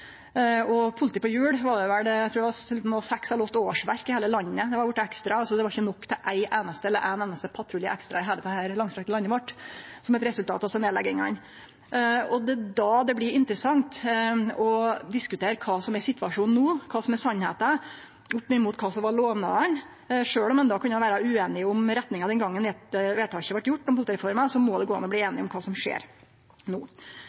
politi på hjul, var det vel seks eller åtte årsverk i heile landet det skulle bli ekstra. Det var ikkje nok til ein einaste ekstra patrulje i heile det langstrakte landet vårt, som et resultat av desse nedleggingane. Det er då det blir interessant å diskutere kva som er situasjonen no, kva som er sanninga, oppimot kva som var lovnaden. Sjølv om ein kunne vere ueinige om retninga den gongen vedtaket om politireforma vart gjort, må det gå an å bli einige om kva som skjer no.